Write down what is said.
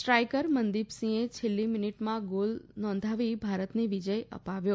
striker Mandeep સિંહે છેલ્લી મિનીટમાં ગોલ નોંધાવી ભારતને વિજય અપાવ્યો